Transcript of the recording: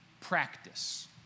practice